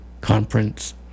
conference